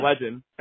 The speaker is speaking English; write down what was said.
legend